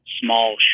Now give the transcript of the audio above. small